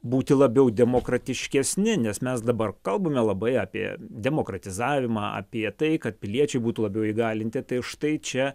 būti labiau demokratiškesni nes mes dabar kalbame labai apie demokratizavimą apie tai kad piliečiai būtų labiau įgalinti tai štai čia